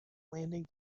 landing